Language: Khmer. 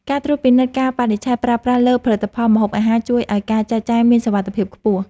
ការត្រួតពិនិត្យកាលបរិច្ឆេទប្រើប្រាស់លើផលិតផលម្ហូបអាហារជួយឱ្យការចែកចាយមានសុវត្ថិភាពខ្ពស់។